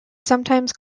sometimes